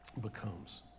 becomes